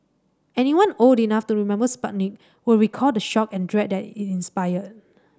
anyone old enough to remember Sputnik will recall the shock and dread that it inspired